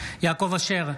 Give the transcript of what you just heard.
יעקב אשר,